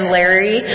Larry